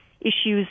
issues